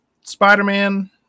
spider-man